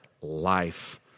life